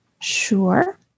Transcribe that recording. Sure